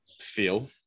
feel